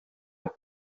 los